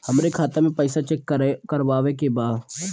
हमरे खाता मे पैसा चेक करवावे के बा?